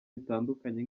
bitandukanye